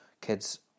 kids